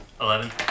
Eleven